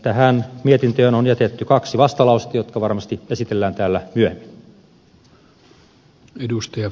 tähän mietintöön on jätetty kaksi vastalausetta jotka varmasti esitellään täällä myöhemmin